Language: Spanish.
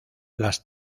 las